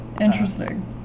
Interesting